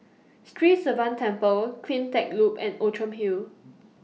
Sri Sivan Temple CleanTech Loop and Outram Hill